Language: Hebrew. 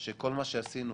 שכל מה שעשינו